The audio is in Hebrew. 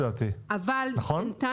נכון?